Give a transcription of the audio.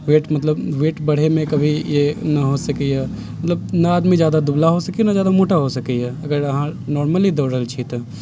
weight मतलब weight बढ़यमे कभी ई ना हो सकैए मतलब ना आदमी ज्यादा दुबला हो सकय ना ज्यादा मोटा हो सकैए अगर अहाँ नॉर्मली दौड़ रहल छियै तऽ